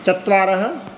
चत्वारः